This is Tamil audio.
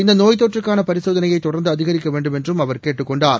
இந்த நோய் தொற்றுக்கான பரிசோதனையை தொடர்ந்து அதிகரிக்க வேண்டுமென்றும் அவர் கேட்டுக் கொண்டார்